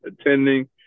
attending